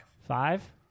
Five